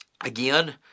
again